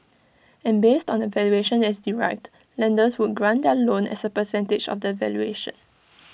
and based on the valuation that is derived lenders would grant their loan as A percentage of that valuation